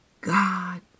God